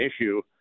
issue